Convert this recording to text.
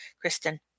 Kristen